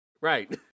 Right